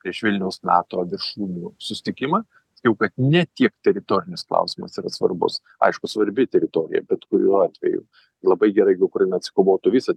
prieš vilniaus nato viršūnių susitikimą sakiau kad ne tiek teritorinis klausimas yra svarbus aišku svarbi teritorija bet kuriuo atveju labai gerai jeigu ukraina atsikovotų visą